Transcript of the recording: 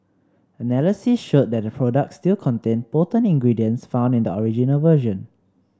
analysis showed that the products still contained potent ingredients found in the original version